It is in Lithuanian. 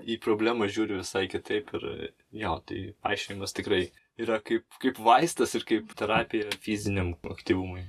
į problemą žiūriu visai kitaip ir jo tai vaikščiojimas tikrai yra kaip kaip vaistas ir kaip terapija fiziniam aktyvumui